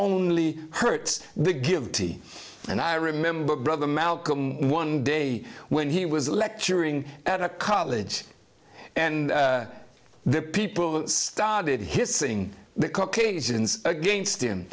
only hurts the give tea and i remember brother malcolm one day when he was lecturing at a college and the people started hissing the cook a sins against him